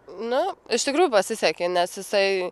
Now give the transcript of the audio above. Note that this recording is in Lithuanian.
nu iš tikrųjų pasisekė nes jisai